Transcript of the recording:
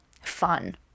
fun